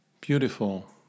beautiful